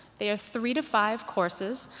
they are three to five courses.